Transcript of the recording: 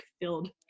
filled